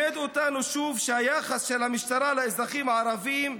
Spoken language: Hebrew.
הוא לימד אותנו שוב שהיחס של המשטרה לאזרחים הערבים,